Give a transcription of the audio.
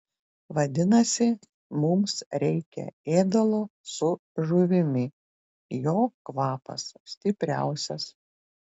vadinasi mums reikia ėdalo su žuvimi jo kvapas stipriausias